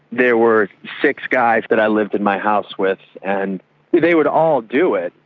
there were six guys that i lived in my house with, and they would all do it.